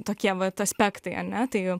tokie vat aspektai ane tai